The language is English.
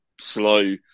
slow